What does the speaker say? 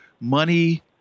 money